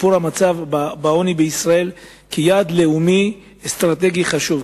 מצב העוני בישראל כיעד לאומי-אסטרטגי חשוב.